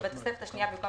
בתוספת השנייה במקום